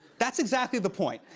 that's exactly the point.